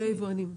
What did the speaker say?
מי היבואנים?